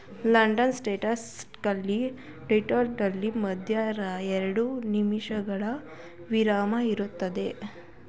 London stock exchange trading ನಲ್ಲಿ ಮಧ್ಯಾಹ್ನ ಎರಡು ನಿಮಿಷಗಳ ವಿರಾಮ ಇರುತ್ತದೆ